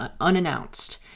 unannounced